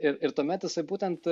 ir ir tuomet jisai būtent